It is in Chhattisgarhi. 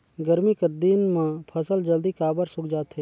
गरमी कर दिन म फसल जल्दी काबर सूख जाथे?